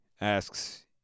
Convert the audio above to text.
asks